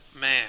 man